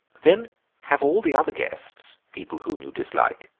then have all the other guests, people whom you dislike,